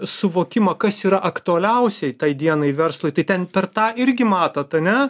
suvokimą kas yra aktualiausiai tai dienai verslui tai ten per tą irgi matot ane